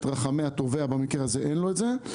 רחמי התובע אבל במקרה הזה אין לו את זה,